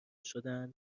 شدند